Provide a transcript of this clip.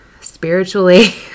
spiritually